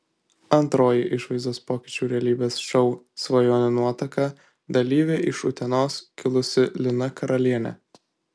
antroji išvaizdos pokyčių realybės šou svajonių nuotaka dalyvė iš utenos kilusi lina karalienė